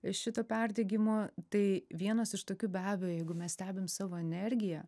iš šito perdegimo tai vienas iš tokių be abejo jeigu mes stebim savo energiją